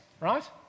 right